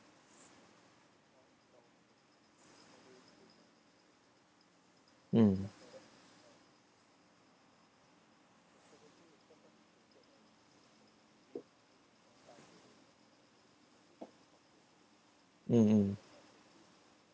mm mm mm